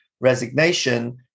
resignation